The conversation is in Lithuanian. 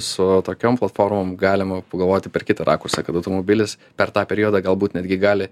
su tokiom platformom galima pagalvoti per kitą rakursą kad automobilis per tą periodą galbūt netgi gali